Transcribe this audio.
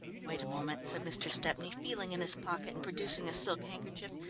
wait a moment, said mr. stepney, feeling in his pocket and producing a silk handkerchief,